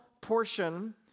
portion